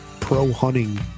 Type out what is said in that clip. pro-hunting